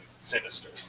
sinister